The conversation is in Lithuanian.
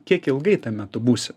kiek ilgai tame tu būsi